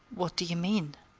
what do you mean?